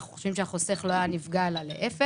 אנחנו חושבים שהחוסך לא היה נפגע אלא להפך,